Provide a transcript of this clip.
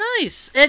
Nice